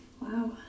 Wow